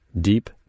deep